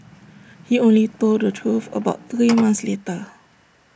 he only told the truth about three months later